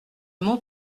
mon